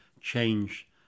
change